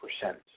percent